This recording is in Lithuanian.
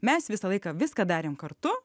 mes visą laiką viską darėm kartu